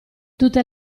tutte